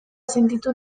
sentitu